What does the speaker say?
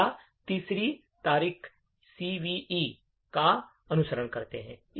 या तीसरा तरीका सीवीई का अनुसरण करके है